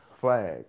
Flag